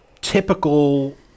typical